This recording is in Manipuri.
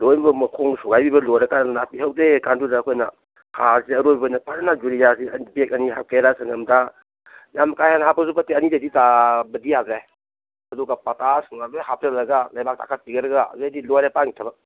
ꯂꯣꯏꯃꯛ ꯃꯈꯣꯡ ꯁꯣꯝꯒꯥꯏꯕꯤꯕ ꯂꯣꯏꯔꯀꯥꯟ ꯅꯥꯄꯤ ꯍꯧꯗꯦꯀꯥꯟꯗꯨꯗ ꯑꯩꯈꯣꯏꯅ ꯍꯥꯔꯁꯦ ꯑꯔꯣꯏꯕꯗ ꯐꯖꯅ ꯌꯨꯔꯤꯌꯥꯁꯤ ꯕꯦꯒ ꯑꯅꯤ ꯍꯥꯞꯀꯦꯔꯥ ꯁꯉꯝꯗ ꯌꯥꯝ ꯀꯥ ꯍꯦꯟꯅ ꯍꯥꯞꯄꯁꯨ ꯐꯠꯇꯦ ꯑꯅꯤꯗꯩꯗꯤ ꯇꯥꯕꯗꯤ ꯌꯥꯗ꯭ꯔꯦ ꯑꯗꯨꯒ ꯄꯥꯇꯁꯅꯨꯡꯂꯥ ꯂꯣꯏ ꯍꯥꯞꯆꯤꯜꯂꯒ ꯂꯩꯕꯥꯛ ꯇꯥꯈꯠꯄꯤꯔꯒ ꯑꯗꯨꯗꯩꯗꯤ ꯂꯣꯏꯔꯦ ꯄꯥꯟꯒꯤ ꯊꯕꯛ